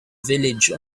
village